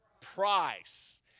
price